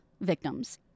victims